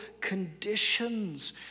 conditions